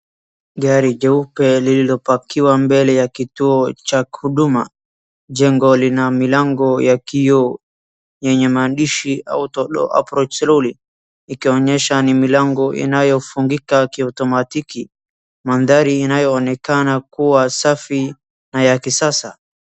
Gari jeupe lililopakiwa mbele ya kituo cha huduma, jengo lina milango ya kioo yenye maandishi auto door approach slowly ikionyesha ni milango inayofungika kiotomatiki mandhari inayoonekana kuwa safi na ya kisasa.